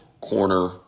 corner